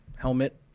helmet